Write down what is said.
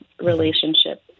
relationship